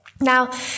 Now